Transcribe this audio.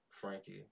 Frankie